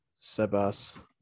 Sebas